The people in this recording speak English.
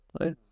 right